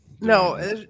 No